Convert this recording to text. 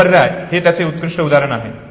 बहुपर्याय हे याचे उत्कृष्ट उदाहरण आहे